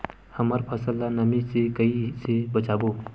हमर फसल ल नमी से क ई से बचाबो?